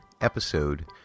episode